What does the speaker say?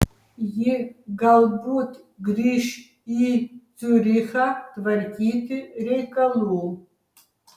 ji galbūt grįš į ciurichą tvarkyti reikalų